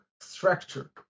structure